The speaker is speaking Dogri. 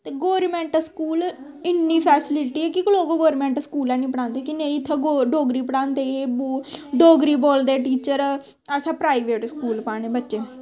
ते गौरमैंट स्कूल इन्नी फैसलिटी कि लोग गौरमैंट स्कूल ऐनी पढ़ांदे कि नेईं इत्थें डोगरी पढ़ांदे एह् बो डोगरी बोलदे टीचर असें प्राइवेट स्कूल पाने बच्चे